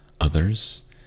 others